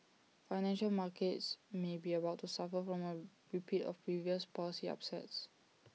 financial markets may be about to suffer from A repeat of previous policy upsets